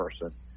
person